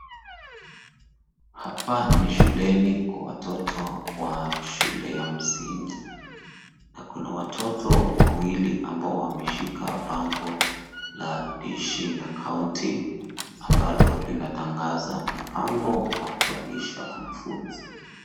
Hapa ni shuleni kwa watoto wa shule ya msingi. Na kuna watoto wawili ambao wameshika bango la Dishi na County ambalo linatangaza mpango wa kuwalisha wanafuzi.